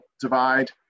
divide